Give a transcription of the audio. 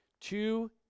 two